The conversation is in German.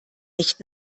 nicht